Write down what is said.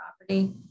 property